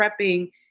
prepping